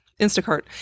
Instacart